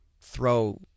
throw